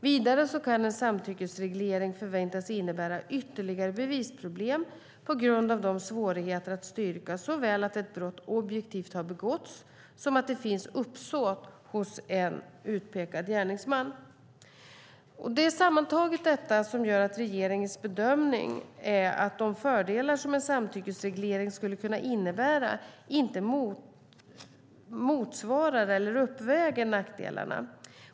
Vidare kan en samtyckesreglering förväntas innebära ytterligare bevisproblem på grund av svårigheter att styrka såväl att ett brott objektivt har begåtts som att det finns uppsåt hos en utpekad gärningsman. Sammantaget är det därför regeringens bedömning att de fördelar som en samtyckesreglering skulle kunna innebära inte motsvarar eller uppväger nackdelarna.